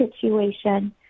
situation